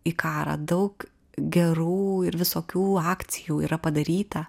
į karą daug gerų ir visokių akcijų yra padaryta